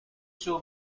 show